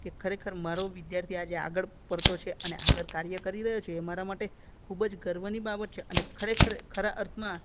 કે ખરેખર મારો વિદ્યાર્થી આજે આગળ પડતો છે અને આગળ કાર્ય કરી રહ્યો છે એ મારા માટે ખૂબ જ ગર્વની બાબત છે અને ખરેખર ખરા અર્થમાં